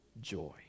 joy